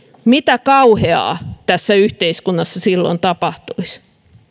mitä kauheaa tässä yhteiskunnassa silloin tapahtuisi